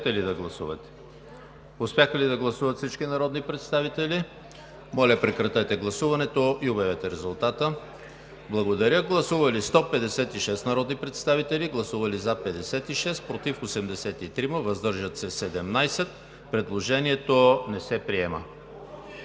Предложението не се приема.